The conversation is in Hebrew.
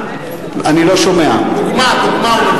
דוגמה, דוגמה.